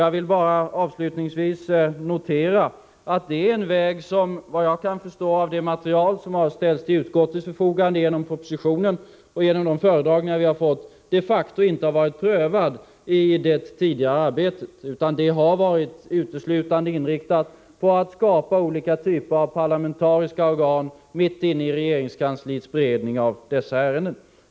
Jag vill avslutningsvis bara notera att det är en väg som, såvitt jag kan förstå av det material som har ställts till utskottets förfogande genom propositionen och genom de föredragningar vi har fått, de facto inte har prövats i det tidigare arbetet, utan arbetet har uteslutande varit inriktat på att skapa olika typer av parlamentariska organ mitt inne i regeringskansliets beredning av ärendena.